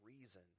reason